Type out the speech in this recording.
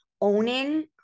owning